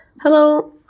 Hello